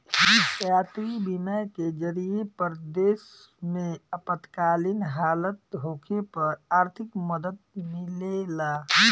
यात्री बीमा के जरिए परदेश में आपातकालीन हालत होखे पर आर्थिक मदद मिलेला